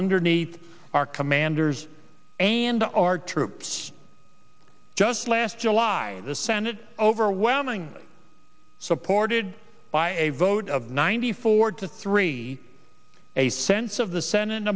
our commanders and our troops just last july the senate overwhelmingly supported by a vote of ninety four to three a sense of the senate a